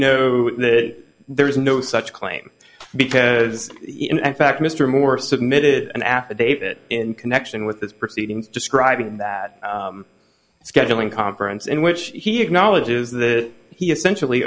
know there is no such claim because in fact mr moore submitted an affidavit in connection with this proceedings describing that scheduling conference in which he acknowledges that he essentially